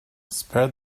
spare